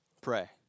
Pray